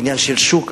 עניין של שוק,